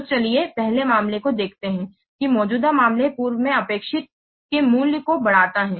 तो चलिए पहले मामले को देखते हैं कि मौजूदा मामला पूर्व में अपेक्षित के मूल्य को बढ़ाता है